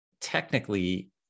technically